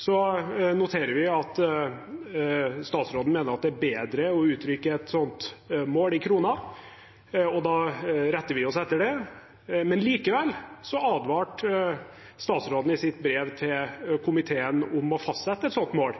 Så noterer vi at statsråden mener at det er bedre å uttrykke et slikt mål i kroner, og da retter vi oss etter det. Likevel advarte statsråden i sitt brev til komiteen mot å fastsette et